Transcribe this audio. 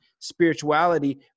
spirituality